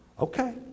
Okay